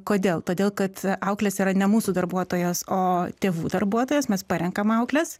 kodėl todėl kad auklės yra ne mūsų darbuotojos o tėvų darbuotojos mes parenkam aukles